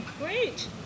Great